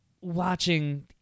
watching